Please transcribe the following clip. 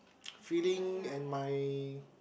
feeling and my